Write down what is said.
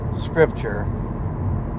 Scripture